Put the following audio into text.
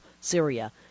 Syria